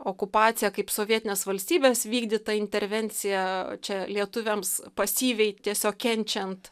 okupaciją kaip sovietinės valstybės vykdytą intervenciją čia lietuviams pasyviai tiesiog kenčiant